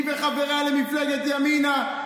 היא וחבריה למפלגת ימינה,